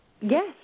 Yes